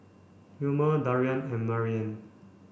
Wilmer Darrien and Maryann